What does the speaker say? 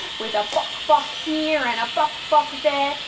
with a bok bok here and a bok bok there.